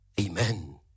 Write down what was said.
Amen